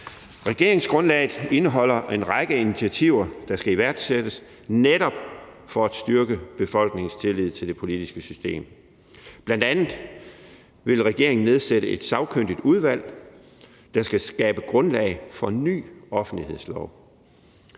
Regeringsgrundlaget indeholder en række initiativer, der skal iværksættes for netop at styrke befolkningens tillid til det politiske system. Bl.a. vil regeringen nedsætte et sagkyndigt udvalg, der skal skabe grundlag for en ny offentlighedslov.